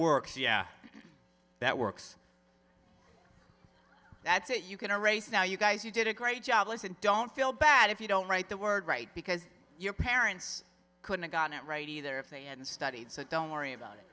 works yeah that works that's it you can erase now you guys you did a great job listen don't feel bad if you don't write the word write because your parents couldn't got it right either if they hadn't studied so don't worry about it